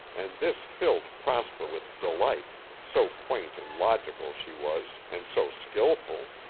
and this filled prosper with delight, so quaint and logical she was and so skillful.